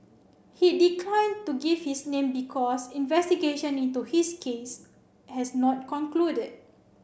he declined to give his name because investigation into his case has not concluded